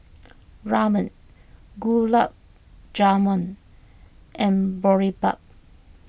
Ramen Gulab Jamun and Boribap